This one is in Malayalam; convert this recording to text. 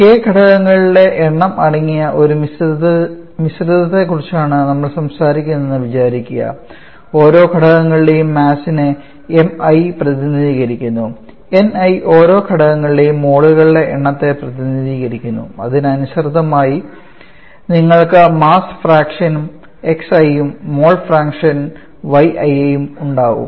k ഘടകങ്ങളുടെ എണ്ണം അടങ്ങിയ ഒരു മിശ്രിതത്തെക്കുറിച്ചാണ് നമ്മൾ സംസാരിക്കുന്നതെന്ന് വിചാരിക്കുക ഓരോ ഘടകങ്ങളുടെയും മാസിനെ mi പ്രതിനിധീകരിക്കുന്നു ni ഓരോ ഘടകങ്ങളുടെയും മോളുകളുടെ എണ്ണത്തെ പ്രതിനിധീകരിക്കുന്നു അതിനനുസൃതമായി നിങ്ങൾക്ക് മാസ്സ് ഫ്രാക്ഷൻ xi യും മോൾ ഫ്രാക്ഷൻ yi യും ഉണ്ടാകും